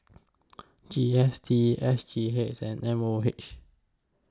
G S T S G H and M O H